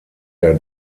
der